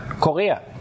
Korea